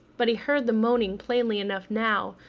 but he heard the moaning plainly enough now,